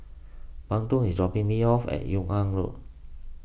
Benton is dropping me off at Yung An Road